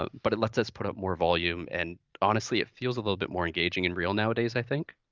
but it lets us put out more volume. and, honestly, it feels a little bit more engaging and real nowadays i think.